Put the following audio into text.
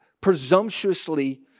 presumptuously